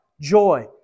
joy